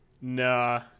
Nah